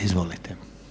Izvolite.